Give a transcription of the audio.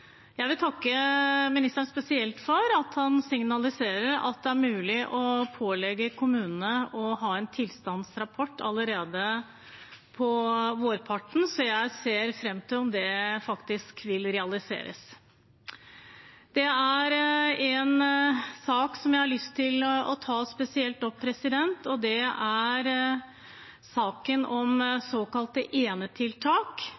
Jeg vil takke statsråden spesielt for at han signaliserer at det er mulig å pålegge kommunene å ha en tilstandsrapport allerede på vårparten. Jeg ser fram til om det faktisk vil realiseres. Det er en sak som jeg har lyst til å ta opp spesielt, og det er